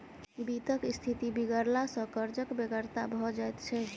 वित्तक स्थिति बिगड़ला सॅ कर्जक बेगरता भ जाइत छै